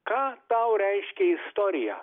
ką tau reiškia istorija